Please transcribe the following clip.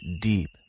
deep